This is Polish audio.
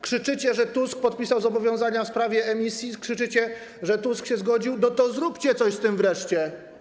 Krzyczycie, że Tusk podpisał zobowiązania w sprawie emisji, krzyczycie, że Tusk się zgodził - to zróbcie coś z tym wreszcie.